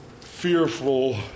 fearful